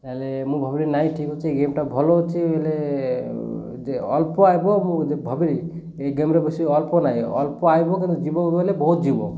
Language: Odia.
ନହେଲେ ମୁଁ ଭାବିଲି ନାଇଁ ଠିକ୍ ଅଛି ଏଇ ଗେମ୍ଟା ଭଲ ଅଛି ଆଇଲେ ଅଳ୍ପ ଆଇବ ମୁଁ ଭାବିଲି ଏ ଗେମ୍ରେ ବେଶୀ ଅଳ୍ପ ନାହିଁ ଅଳ୍ପ ଆଇବ କିନ୍ତୁ ଯିବ ବେଲେ ବହୁତ ଯିବ